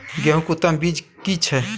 गेहूं के उत्तम बीज की छै?